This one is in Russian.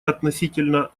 относительно